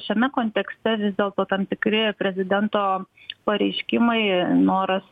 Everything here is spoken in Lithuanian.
šiame kontekste vis dėlto tam tikri prezidento pareiškimai noras